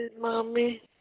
mommy